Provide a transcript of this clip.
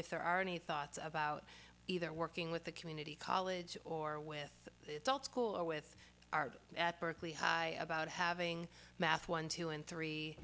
if there are any thoughts about either working with the community college or with the adult school or with our at berkeley high about having math one two and three